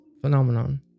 phenomenon